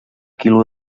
quilo